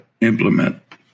implement